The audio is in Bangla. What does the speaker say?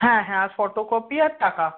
হ্যাঁ হ্যাঁ আর ফটোকপি আর টাকা